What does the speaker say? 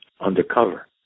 undercover